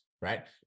right